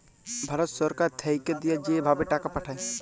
ভারত ছরকার থ্যাইকে দিঁয়া যে ভাবে টাকা পাঠায়